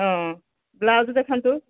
ହଁ ବ୍ଲାଉଜ୍ ଦେଖାନ୍ତୁ